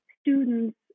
students